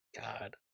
god